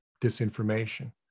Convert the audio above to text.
disinformation